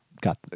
got